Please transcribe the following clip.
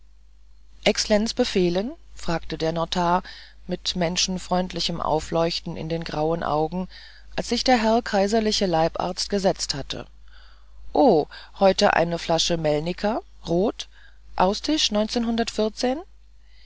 ex'lenz befehlen fragte der notar mit menschenfreundlichem aufleuchten in den grauen augen als sich der herr kaiserliche leibarzt gesetzt hatte oh heute eine flasche melniker rot ausstich